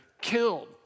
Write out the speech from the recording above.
killed